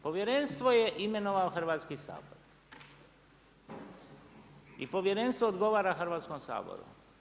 Povjerenstvo je imenovao Hrvatski sabor i povjerenstvo odgovara Hrvatskom saboru.